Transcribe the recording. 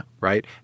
Right